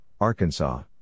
Arkansas